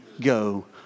go